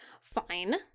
fine